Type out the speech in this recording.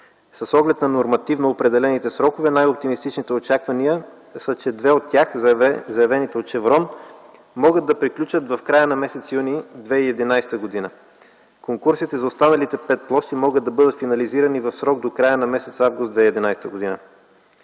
С оглед на нормативно определените срокове най-оптимистичните очаквания са, че две от тях, заявените от „Шеврон”, могат да приключат в края на м. юни 2011 г. Конкурсите за останалите пет площи могат да бъдат финализирани в срок до края на м. август 2011 г.